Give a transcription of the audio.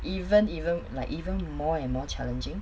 even even like even more and more challenging